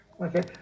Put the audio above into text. Okay